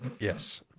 Yes